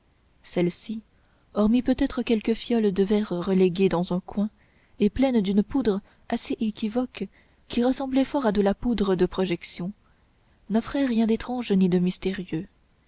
celle-ci hormis peut-être quelques fioles de verre reléguées dans un coin et pleines d'une poudre assez équivoque qui ressemblait fort à de la poudre de projection n'offrait rien d'étrange ni de mystérieux